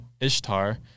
Ishtar